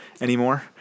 anymore